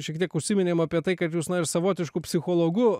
šiek tiek užsiminėm apie tai kad jūs na ir savotišku psichologu